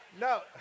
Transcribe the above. No